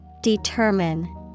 Determine